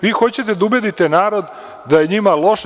Vi hoćete da ubedite narod da je njima loše.